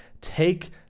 Take